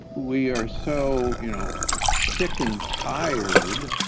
we are so you know sick and tired